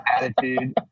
attitude